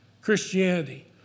Christianity